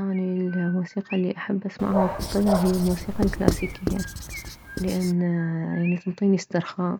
اني الموسيقى الي احب اسمعها وافضلها هي الموسيقى الكلاسيكة لان يعني تنطيني استرخاء